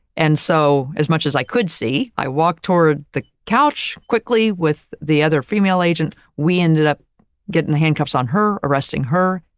and so as much as i could see, i walked toward the couch quickly with the other female agent. we ended up getting the handcuffs on her, arresting her.